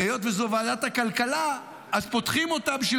היות שזאת ועדת הכלכלה אז פותחים אותה בשביל